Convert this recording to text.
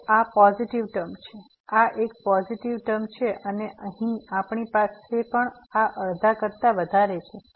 તો આ positive term છે આ એક પોઝીટીવ ટર્મ છે અને અહીં આપણી પાસે પણ આ અડધા કરતા વધારે છે